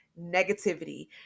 negativity